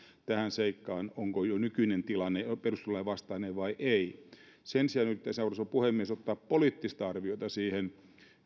tähän seikkaan onko jo nykyinen tilanne perustuslain vastainen vai ei sen sijaan yrittäisin arvoisa puhemies ottaa poliittista arviota siihen